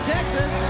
Texas